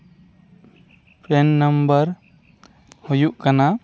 PRAN number ᱦᱩᱭᱩᱜ ᱠᱟᱱᱟ